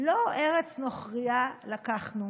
לא ארץ נוכרייה לקחנו